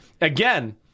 again